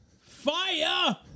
Fire